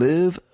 Live